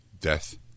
death